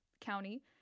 county